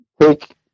take